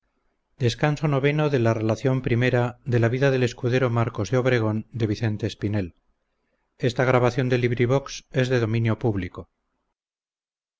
la donosa narración de las aventuras del escudero marcos de obregón